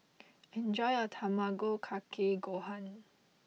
enjoy your Tamago Kake Gohan